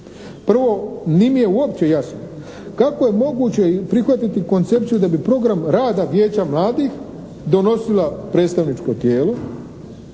Prvo, nije mi uopće jasno kako je moguće prihvatiti koncepciju da bi program rada vijeća mladih donosilo predstavničko tijelo,